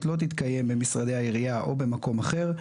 לא תתקיים במשרדי העירייה או במקום אחר,